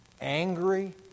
angry